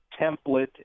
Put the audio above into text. template